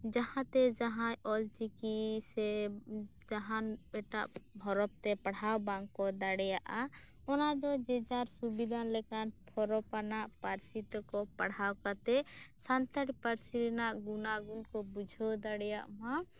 ᱡᱟᱦᱟᱸᱛᱮ ᱡᱟᱦᱟᱸᱭ ᱚᱞᱪᱤᱠᱤ ᱥᱮ ᱡᱟᱦᱟᱱ ᱮᱴᱟᱜ ᱦᱚᱨᱚᱯ ᱛᱮ ᱯᱟᱲᱦᱟᱣ ᱵᱟᱝ ᱠᱚ ᱫᱟᱲᱮᱭᱟᱜᱼᱟ ᱚᱱᱟᱫᱚ ᱡᱮᱡᱟᱨ ᱥᱩᱵᱤᱫᱷᱟ ᱞᱮᱠᱟᱱ ᱦᱚᱨᱚᱯ ᱟᱱᱟᱜ ᱯᱟᱹᱨᱥᱤ ᱛᱮᱠᱚ ᱯᱟᱲᱦᱟᱣ ᱠᱟᱛᱮᱫ ᱥᱟᱱᱛᱟᱲᱤ ᱯᱟᱹᱨᱥᱤ ᱨᱮᱱᱟᱜ ᱜᱩᱱᱟ ᱜᱩᱱ ᱠᱚ ᱵᱩᱡᱷᱟᱹᱣ ᱫᱟᱲᱮᱭᱟᱜ ᱢᱟ